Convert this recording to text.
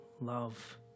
love